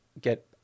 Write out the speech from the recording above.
get